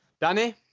Danny